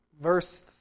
verse